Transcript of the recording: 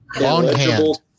Longhand